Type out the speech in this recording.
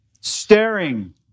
staring